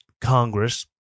Congress